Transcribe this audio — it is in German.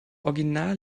original